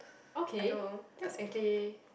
okay that's actually